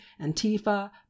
Antifa